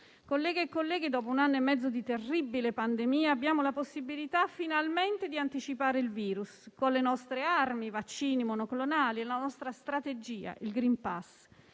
Colleghe e colleghi, dopo un anno e mezzo di terribile pandemia, abbiamo la possibilità finalmente di anticipare il virus con le nostre armi, i vaccini, i monoclonali, e la nostra strategia, il *green pass*,